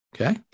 Okay